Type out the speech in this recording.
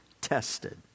tested